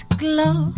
glow